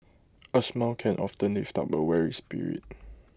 A smile can often lift up A weary spirit